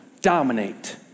dominate